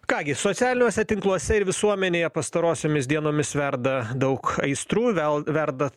ką gi socialiniuose tinkluose ir visuomenėje pastarosiomis dienomis verda daug aistrų vėl verda